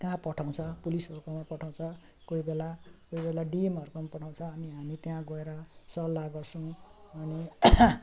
कहाँ पठाउँछ पुलिसहरूकोमा पठाउँछ कोही बेला कोही बेला डिएमहरूकोमा पठाउँछ अनि हामी त्यहाँ गएर सल्लाह गर्छौँ अनि